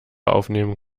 aufnehmen